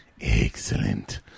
Excellent